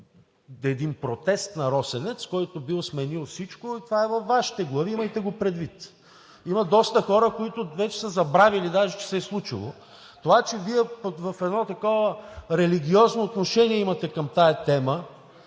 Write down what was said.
един протест на „Росенец“, който бил сменил всичко. Това е във Вашите глави, имайте го предвид! Има доста хора, които вече са забравили даже, че се е случило. Това, че Вие имате едно такова религиозно отношение към тази тема